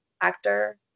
actor